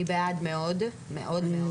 אני בעד מאוד מאוד.